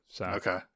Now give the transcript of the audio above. Okay